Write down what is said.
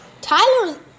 Tyler